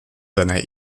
seiner